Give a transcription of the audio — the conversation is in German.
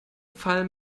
fall